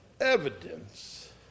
evidence